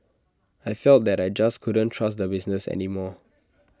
I felt that I just couldn't trust the business any more